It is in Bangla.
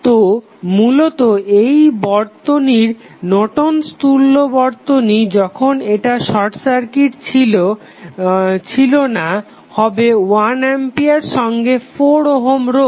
তো মূলত এই বর্তনীর নর্টন'স তুল্য Nortons equivalent বর্তনী যখন এটা শর্ট সার্কিট ছিলো না হবে 1 আম্পিয়ার সঙ্গে 4 ওহম রোধ